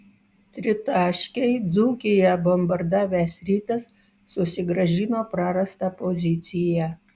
tritaškiai dzūkiją bombardavęs rytas susigrąžino prarastą poziciją